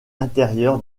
intérieur